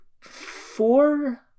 four